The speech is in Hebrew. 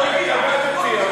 השר,